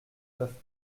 peuvent